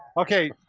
okay,